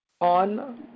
on